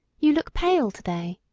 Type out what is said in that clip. you look pale to-day.